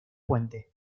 puente